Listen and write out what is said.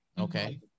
okay